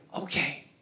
okay